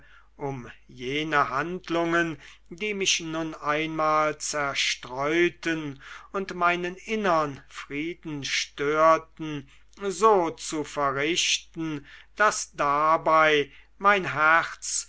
um jene handlungen die mich nun einmal zerstreuten und meinen innern frieden störten so zu verrichten daß dabei mein herz